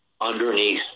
underneath